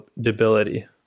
debility